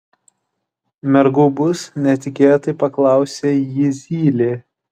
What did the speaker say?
mergų bus netikėtai paklausė jį zylė